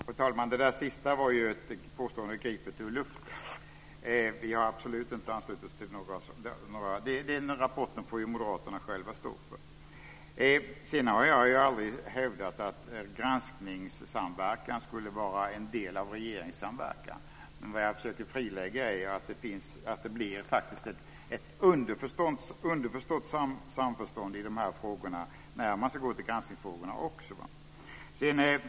Fru talman! Det sista var ett påstående gripet ur luften. Vi har absolut inte anslutit oss till någon rapport. Den rapporten får moderaterna själva stå för. Sedan har jag aldrig hävdat att granskningssamverkan skulle vara en del av regeringssamverkan. Vad jag vill klargöra är att det faktiskt blir ett underförstått samförstånd i de här frågorna, också i granskningsfrågorna.